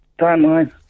timeline